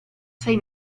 sei